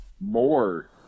more